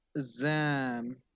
Zam